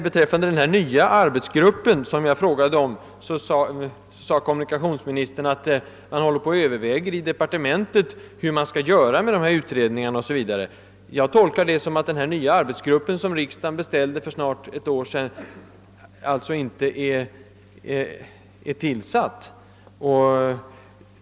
Beträffande den nya arbetsgruppen, som jag frågade om, sade kommunikationsministern att man överväger i departementet hur man skall göra med dessa utredningar o.s. v. Jag tolkar det uttalandet så att den nya arbetsgruppen, som riksdagen beställde för snart ett år sedan, ännu inte är tillsatt.